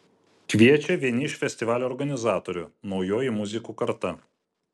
kviečia vieni iš festivalio organizatorių naujoji muzikų karta